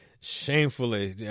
shamefully